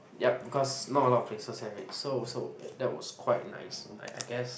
ya because not a lot of places have it so so that was quite nice I I guess